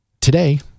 today